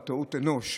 על טעות אנוש,